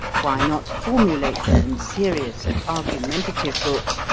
why not formulate them in serious and argumentative books,